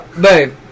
babe